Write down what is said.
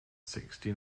sixty